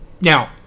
now